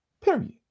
period